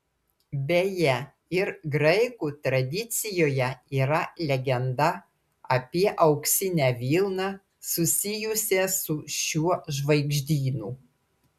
beje ir graikų tradicijoje yra legenda apie auksinę vilną susijusią su šiuo žvaigždynu